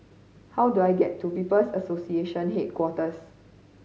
how do I get to People's Association Headquarters